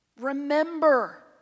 Remember